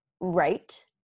right